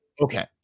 Okay